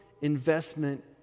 investment